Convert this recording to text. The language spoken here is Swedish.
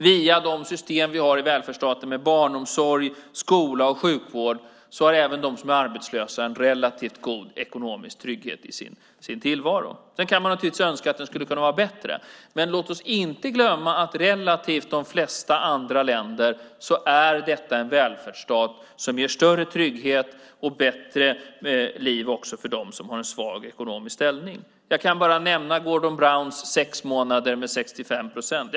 Via de system vi har i välfärdsstaten med barnomsorg, skola och sjukvård har även de som är arbetslösa en relativt god ekonomisk trygghet i sin tillvaro. Sedan kan man naturligtvis önska att den hade varit bättre. Men låt oss inte glömma att relativt de flesta andra länder är detta en välfärdsstat som ger större trygghet med bättre liv också för dem som har en svag ekonomisk ställning. Jag kan bara nämna Gordon Browns sex månader med 65 procent.